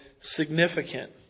significant